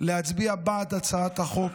להצביע בעד הצעת החוק,